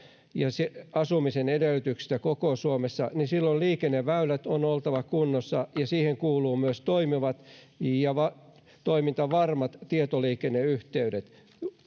ja asumisen edellytyksistä koko suomessa niin silloin liikenneväylien on oltava kunnossa ja siihen kuuluvat myös toimivat ja toimintavarmat tietoliikenneyhteydet